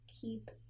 keep